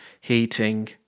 heating